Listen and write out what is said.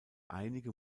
einige